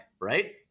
right